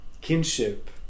kinship